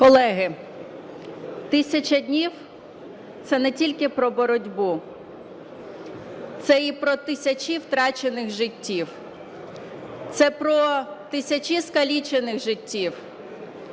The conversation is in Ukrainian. Колеги, 1000 днів – це не тільки про боротьбу, це і про тисячі втрачених життів, це про тисячі скалічених життів